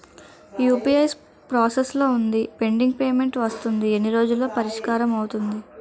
UPI process లో వుంది pending payment వస్తుంది ఎన్ని రోజుల్లో పరిష్కారం అవుతుంది